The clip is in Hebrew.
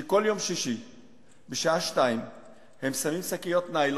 שכל יום שישי ב-14:00 הם שמים שקיות ניילון,